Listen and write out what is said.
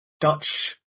Dutch